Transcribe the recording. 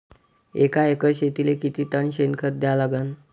एका एकर शेतीले किती टन शेन खत द्या लागन?